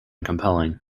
compelling